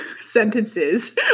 sentences